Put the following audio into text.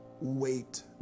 wait